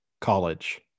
college